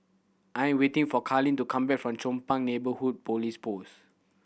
I am waiting for Karlene to come back from Chong Pang Neighbourhood Police Post